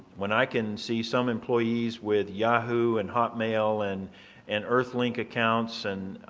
when i can see some employees with yahoo and hotmail and and earthlink accounts and